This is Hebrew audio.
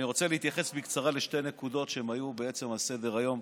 אני רוצה להתייחס בקצרה לשתי נקודות שהיו בעצם על סדר-היום,